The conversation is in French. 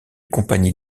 compagnie